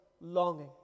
longing